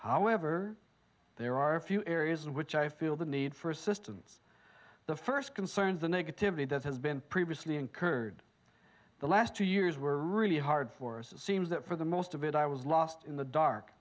however there are a few areas in which i feel the need for assistance the first concerns the negativity that has been previously incurred the last two years were really hard for us it seems that for the most of it i was lost in the dark